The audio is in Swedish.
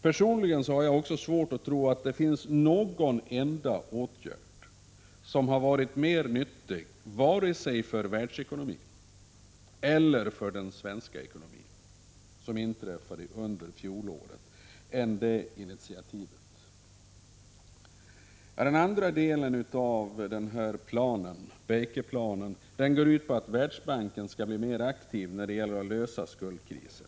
Personligen har jag svårt att tro att det finns någon enda åtgärd under fjolåret som har varit mer nyttig för världsekonomin och för den svenska ekonomin än det initiativet. Den andra delen i Baker-planen går ut på att Världsbanken skall bli mer aktiv när det gäller att lösa skuldkrisen.